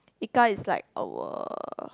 Ika is like our